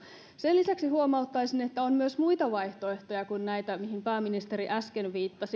sen lisäksi huomauttaisin että on myös muita vaihtoehtoja kuin näitä mihin pääministeri äsken viittasi